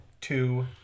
two